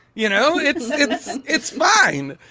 you know, it's it's and it's fine.